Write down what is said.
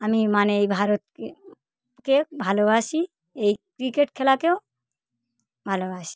আমি মানে এই ভারতকে কে ভালোবাসি এই ক্রিকেট খেলাকেও ভালোবাসি